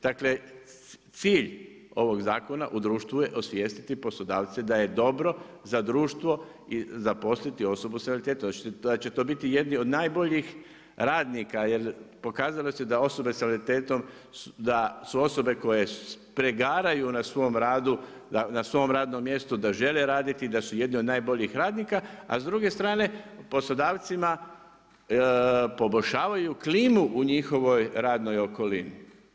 Dakle, cilj ovog zakona u društvu je osvijestiti poslodavce da je dobro za društvo zaposliti osobu sa invaliditetom, da će to biti jedni od najboljih radnika jer pokazalo se da osobe sa invaliditetom su osobe koje pregaraju na svom radno mjestu, da žele raditi, da su je dni od najboljih radnika a s druge strane poslodavcima poboljšavaju klimu u njihovoj radnoj okolini.